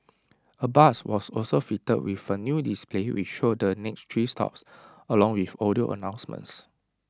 A bus was also fitted with A new display which showed the next three stops along with audio announcements